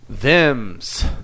Them's